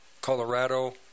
Colorado